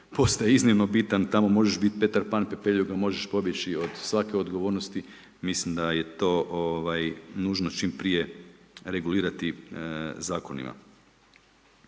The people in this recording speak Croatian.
postaje iznimno bitan, tamo možeš biti Petar Pan, pepeljuga možeš pobjeći od svake odgovornosti, mislim da je to ovaj nužno čim prije regulirati zakonima.